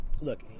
look